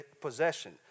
possession